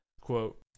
Quote